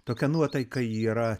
tokia nuotaika yra